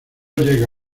llega